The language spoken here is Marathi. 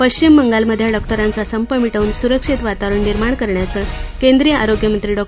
पश्चिम बंगालमधल्या डॉक्टरांचा संप मिटवून सुरक्षित वातावरण निर्माण करण्याचं केंद्रीय आरोग्यमंत्री डॉ